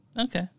Okay